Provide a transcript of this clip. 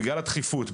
בגלל הדחיפות,